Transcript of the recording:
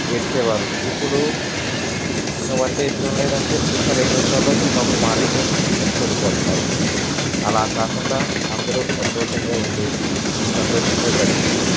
ఏడ్చేవాళ్ళు ఇప్పుడూ నువ్వంటే ఇష్టం లేదంటే ఒక రెండు నిమిషాల్లో చిన్న ఒక మాటతో విడిపోతున్నారు అలా కాకుండా అందరూ సంతోషంగా ఉండి సంతోషంగా గడిపి